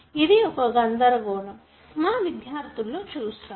ఇది ఒక గందరగోళం మా విద్యార్థులలో చూస్తాము